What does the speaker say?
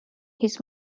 his